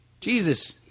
Jesus